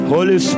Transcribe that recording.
Holy